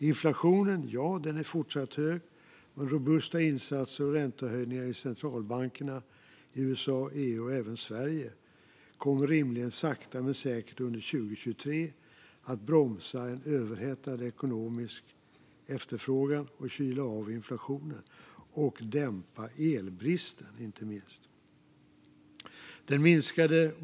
Inflationen är fortsatt hög, men robusta insatser och räntehöjningar i centralbankerna i USA, EU och även Sverige kommer rimligen sakta men säkert under 2023 att bromsa en överhettad ekonomisk efterfrågan och kyla av inflationen och inte minst dämpa elbristen.